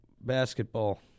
basketball